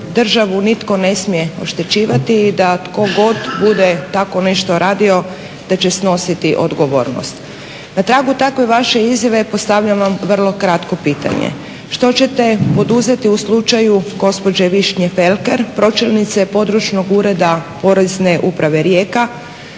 državu nitko ne smije oštećivati i da tko god bude tako nešto radio da će snositi odgovornost. Na tragu takve vaše izjave postavljam vam vrlo kratko pitanje, što ćete poduzeti u slučaju gospođe Višnje Felker pročelnice Područnog ureda Porezne uprave Rijeka